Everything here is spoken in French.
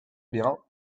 bien